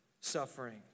suffering